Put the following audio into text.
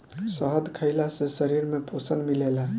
शहद खइला से शरीर में पोषण मिलेला